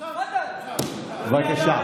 בבקשה.